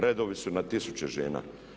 Redovi su na tisuće žena.